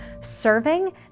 serving